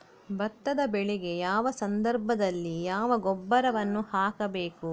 ಭತ್ತದ ಬೆಳೆಗೆ ಯಾವ ಸಂದರ್ಭದಲ್ಲಿ ಯಾವ ಗೊಬ್ಬರವನ್ನು ಹಾಕಬೇಕು?